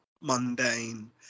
mundane